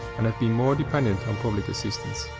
and have been more dependent on public assistance.